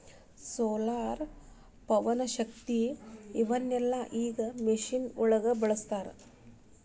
solar, ಪವನಶಕ್ತಿ ಇವನ್ನೆಲ್ಲಾ ಈಗ ಮಿಷನ್ ಒಳಗ ಬಳಸತಾರ